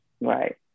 right